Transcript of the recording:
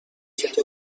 چطور